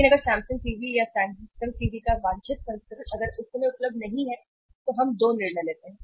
लेकिन अगर Samsung TV या सैमसंग टीवी का वांछित संस्करण अगर यह उस समय उपलब्ध नहीं है तो हम दो निर्णय लेते हैं